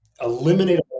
eliminate